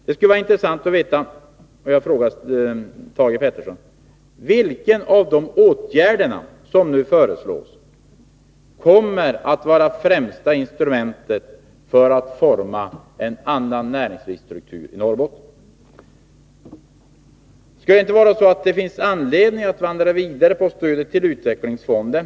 Det skulle vara intressant att få besked på ett par punkter, och jag frågar Thage Peterson: Vilka av de åtgärder som nu föreslås kommer att vara det främsta instrumentet för att forma en annan näringslivsstruktur i Norrbotten? Finns det inte anledning att gå vidare när det gäller stödet till utvecklingsfonden?